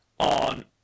on